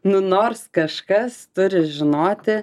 nu nors kažkas turi žinoti